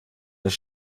des